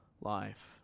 life